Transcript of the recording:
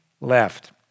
left